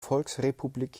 volksrepublik